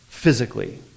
Physically